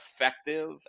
effective